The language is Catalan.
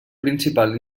principal